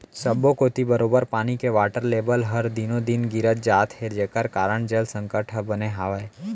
सब्बो कोती बरोबर पानी के वाटर लेबल हर दिनों दिन गिरत जात हे जेकर कारन जल संकट ह बने हावय